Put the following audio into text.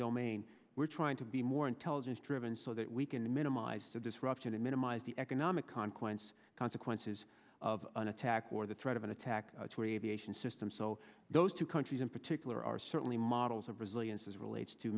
domain we're trying to be more intelligence driven so that we can minimize the disruption and minimize the economic consequence consequences of an attack or the threat of an attack system so those two countries in particular are certainly models of resilience as relates to